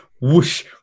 whoosh